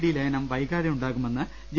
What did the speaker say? D ലയനം വൈകാതെ യുണ്ടാകുമെന്ന് ജെ